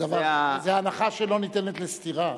זה הנחה שלא ניתנת לסתירה.